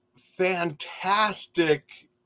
fantastic